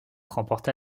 remporta